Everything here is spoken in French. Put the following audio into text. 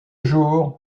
jour